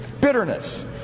bitterness